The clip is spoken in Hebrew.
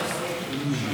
שלוש דקות, אדוני.